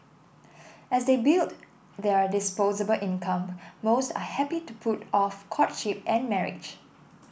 as they build their disposable income most are happy to put off courtship and marriage